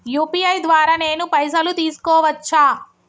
UPI ద్వారా నేను పైసలు తీసుకోవచ్చా?